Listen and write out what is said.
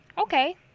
okay